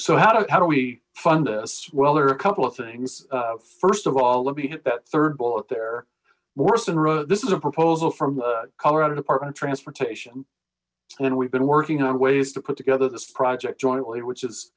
so how do how do we fund this well there are a couple of things first of all let me hit that third bullet there morrison this is a proposal from the colorado department of transportation and we've been working on ways to put together this project jointly whch is